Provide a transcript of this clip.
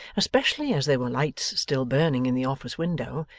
especially as there were lights still burning in the office window,